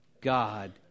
God